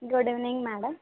good evening madam